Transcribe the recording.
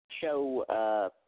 show